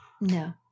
No